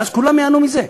ואז כולם ייהנו מזה,